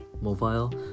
Mobile